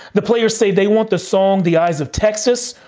the players say they want the song the eyes of texas,